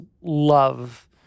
love